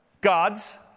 God's